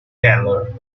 tailor